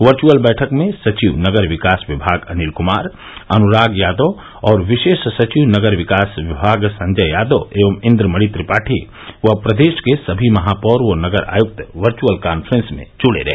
virtual बैठक में सचिव नगर विकास विभाग अनिल कुमार अनुराग यादव और विशेष सचिव नगर विकास विभाग संजय यादव एवं इंद्रमणि त्रिपाठी व प्रदेश के सभी महापौर व नगर आयुक्त वर्यूअल कांफ्रेंस में जुड़े रहे